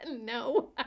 No